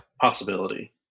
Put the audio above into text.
Possibility